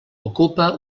ocupa